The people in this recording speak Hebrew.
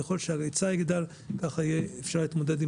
ככל שההיצע יגדל כך יהיה אפשר להתמודד עם